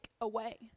away